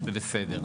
זה בסדר.